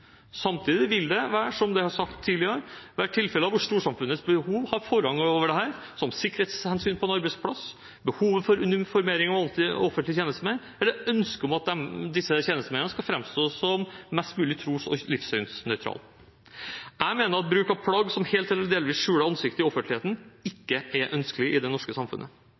Samtidig vil det være, som det er sagt tidligere, tilfeller hvor storsamfunnets behov har forrang, som sikkerhetshensyn på en arbeidsplass, behovet for uniformering av offentlige tjenestemenn eller ønske om at disse tjenestemennene skal fremstå som mest mulig tros- og livssynsnøytrale. Jeg mener at bruk av plagg som helt eller delvis skjuler ansiktet i offentligheten, ikke er ønskelig i det norske samfunnet.